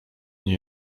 nie